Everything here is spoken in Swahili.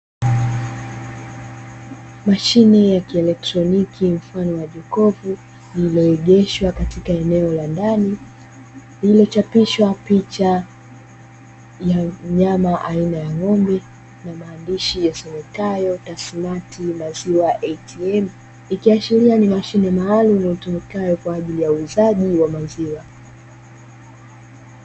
Mashine ya kieletroniki mafano wa jokofu lililoegeshwa katika eneo la ndani, lililochapishwa picha ya mnyama aina ya ng'ombe na maandishi yasomekayo "Tasnati maziwa ATM", ikiashiria ni mashine maalumu itumikayo kwa ajili ya uuzaji wa maziwa.